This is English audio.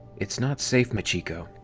it's not safe, machiko.